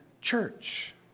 church